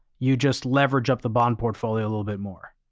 you just leverage up the bond portfolio a little bit more.